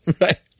Right